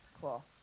Cool